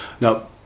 Now